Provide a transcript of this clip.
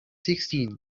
sixteen